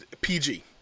PG